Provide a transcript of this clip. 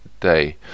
day